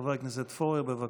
חבר הכנסת פורר, בבקשה.